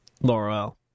Laurel